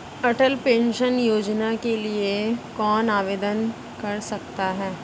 अटल pension Yojana के लिए कौन आवेदन कर सकता है?